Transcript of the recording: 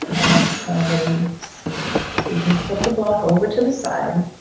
excalibur leaves so you can put the block over to the side.